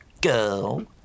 girl